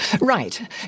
Right